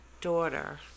daughter